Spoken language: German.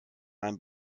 einem